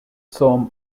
sum